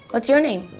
what's your name?